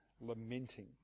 lamenting